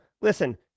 listen